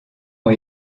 ont